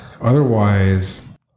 otherwise